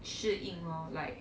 适应 lor like